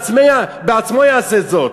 בעצמו יעשה זאת,